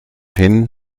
hin